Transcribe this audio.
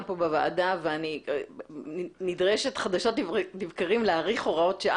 פה בוועדה ואני נדרשת חדשים לבקרים להאריך הוראות שעה.